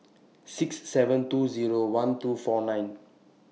six seven two Zero one two four nine